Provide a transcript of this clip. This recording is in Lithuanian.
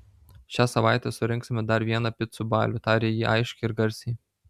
šią savaitę surengsime dar vieną picų balių tarė ji aiškiai ir garsiai